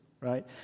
right